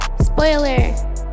Spoiler